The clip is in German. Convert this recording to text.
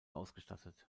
ausgestattet